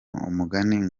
umugani